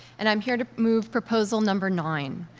and i'm here to move proposal number nine,